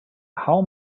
how